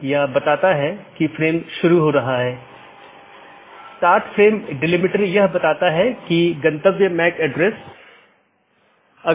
हम बताने की कोशिश कर रहे हैं कि राउटिंग प्रोटोकॉल की एक श्रेणी इंटीरियर गेटवे प्रोटोकॉल है